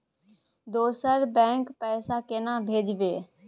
दोसर बैंक पैसा केना भेजबै?